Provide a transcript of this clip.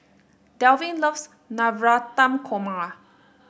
Delvin loves Navratan Korma